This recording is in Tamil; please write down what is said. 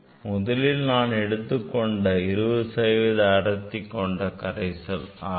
முதலில் நான் எடுத்துக் கொண்டது 20 சதவீத அடர்த்தி கொண்ட கரைசல் ஆகும்